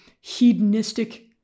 hedonistic